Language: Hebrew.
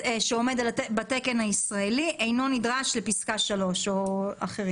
שעומד בתקן הישראלי אינו נדרש לפסקה (3)".